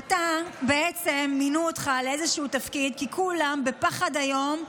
בעצם מינו אותך לאיזשהו תפקיד כי כולם בפחד איום,